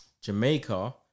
Jamaica